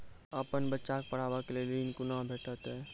अपन बच्चा के पढाबै के लेल ऋण कुना भेंटते?